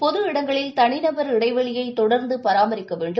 பொது இடங்களில் தனிநபர்இடைவெளியைதொடர்ந்துபராமரிக்கவேண்டும்